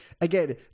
again